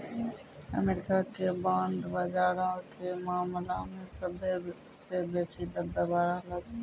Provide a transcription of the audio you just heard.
America के bond बजारो के मामला मे सभ्भे से बेसी दबदबा रहलो छै